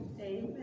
Amen